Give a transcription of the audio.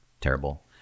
terrible